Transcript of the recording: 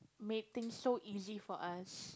made thing so easy for us